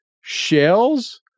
Shells